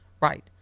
Right